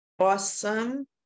Awesome